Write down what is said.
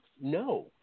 no